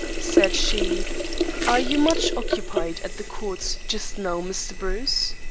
said she are you much occupied at the courts just now, mr. bruce?